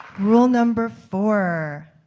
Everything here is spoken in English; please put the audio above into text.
rule number four.